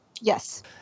yes